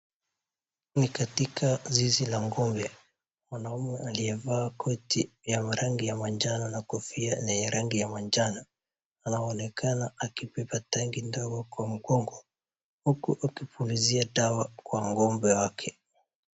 Ni katika zizi la ng'ombe mwanaume aliyevaaa koti ya rangi ya manjano na kofia ni ya rangi ya manjano anaonekana akibeba tanki ndogo kwa mgongo huku akipulizia dawa kwa ng'ombe wake.